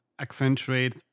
accentuate